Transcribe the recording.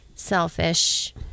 Selfish